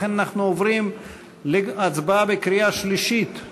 לכן אנחנו עוברים להצבעה בקריאה שלישית.